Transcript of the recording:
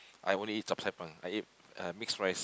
I only eat chap-chye-png I eat uh mix rice